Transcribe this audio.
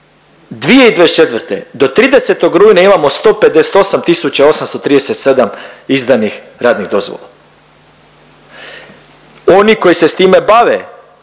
2024. do 30. rujna imamo 158837 izdanih radnih dozvola. Oni koji se s time bave